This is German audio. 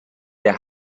der